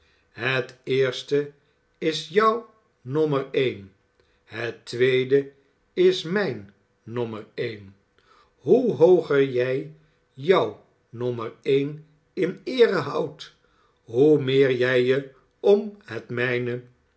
het eerste is jou nommer één het tweede is mijn nommer één hoe hooger jij jou nommer één in eere houdt hoe meer jij je om het mijne